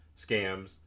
scams